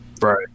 Right